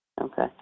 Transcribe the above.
Okay